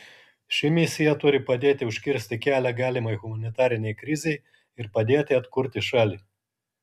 ši misija turi padėti užkirsti kelią galimai humanitarinei krizei ir padėti atkurti šalį